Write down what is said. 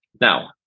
now